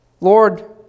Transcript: Lord